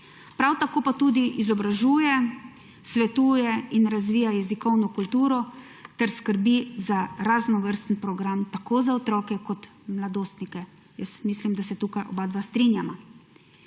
Prav tako pa tudi izobražuje, svetuje in razvija jezikovno kulturo ter skrbi za raznovrsten program tako za otroke kot mladostnike. Jaz mislim, da se tukaj oba strinjava.